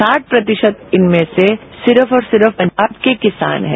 साठ प्रतिशत इनमें से सिर्फ और सिर्फ आपके किसान है